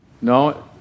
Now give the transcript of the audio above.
No